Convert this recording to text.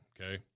Okay